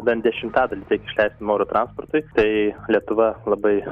bent dešimtadalį tiek išleistumėm oro transportui tai lietuva labai